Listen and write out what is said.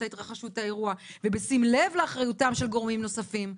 התרחשות האירוע ובשים לב לאחריותם של גורמים נוספים.